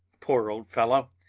poor old fellow!